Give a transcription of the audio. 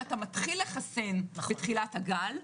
כשאתה מתחיל לחסן בתחילת הגל,